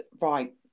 Right